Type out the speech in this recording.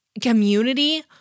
community